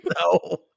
No